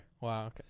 Wow